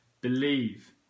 believe